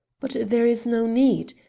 but there is no need.